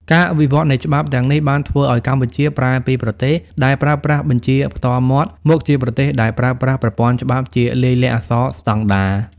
ការវិវត្តនៃច្បាប់ទាំងនេះបានធ្វើឱ្យកម្ពុជាប្រែពីប្រទេសដែលប្រើប្រាស់បញ្ជាផ្ទាល់មាត់ មកជាប្រទេសដែលប្រើប្រាស់ប្រព័ន្ធច្បាប់ជាលាយលក្ខណ៍អក្សរស្ដង់ដារ។